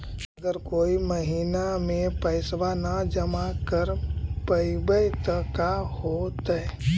अगर कोई महिना मे पैसबा न जमा कर पईबै त का होतै?